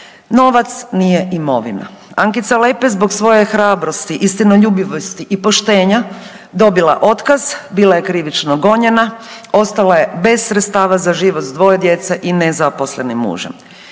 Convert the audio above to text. novac nije imovina. Ankica Lepej je zbog svoje hrabrosti, istinoljubivosti i poštenja dobila otkaz, bila je krivično gonjena, ostala je bez sredstava za život sa dvoje djece i nezaposlenim mužem.